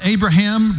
Abraham